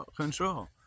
control